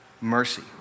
mercy